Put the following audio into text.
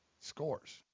Scores